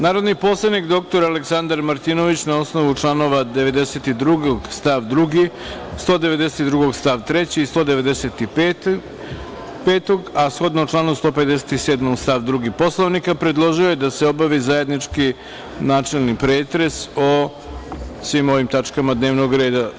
Narodni poslanik dr Aleksandar Martinović, na osnovu članova 92. stav 2, 192. stav 3. i 195, a shodno članu 157. stav 2. Poslovnika, predložio je da se obavi zajednički načelni pretres o svim ovim tačkama dnevnog reda.